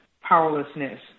powerlessness